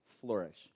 flourish